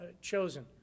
chosen